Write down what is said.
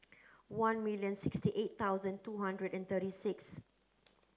one million sixty eight thousand two hundred and thirty six